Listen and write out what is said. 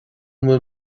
bhfuil